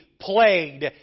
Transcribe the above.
plagued